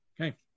Okay